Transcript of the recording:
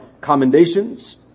commendations